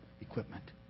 equipment